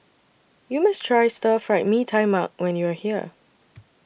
YOU must Try Stir Fried Mee Tai Mak when YOU Are here